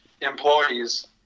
employees